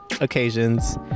occasions